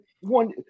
one